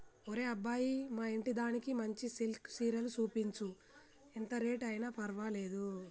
ఒరే అబ్బాయి మా ఇంటిదానికి మంచి సిల్కె సీరలు సూపించు, ఎంత రేట్ అయిన పర్వాలేదు